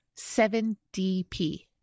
7DP